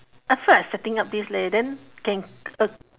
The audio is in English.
I feel like setting up this leh then can uh